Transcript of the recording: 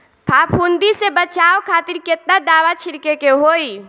फाफूंदी से बचाव खातिर केतना दावा छीड़के के होई?